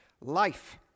life